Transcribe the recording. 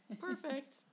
Perfect